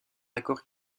accord